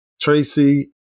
Tracy